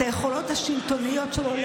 את היכולות השלטוניות שלו,